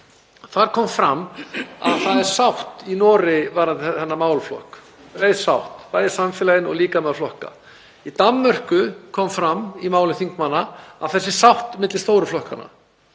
Þar kom fram að það er sátt í Noregi varðandi þennan málaflokk, breið sátt, bæði í samfélaginu og líka meðal flokka. Í Danmörku kom fram í máli þingmanna að það er sátt milli stóru flokkanna